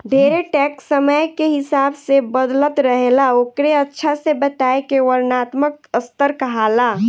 ढेरे टैक्स समय के हिसाब से बदलत रहेला ओकरे अच्छा से बताए के वर्णात्मक स्तर कहाला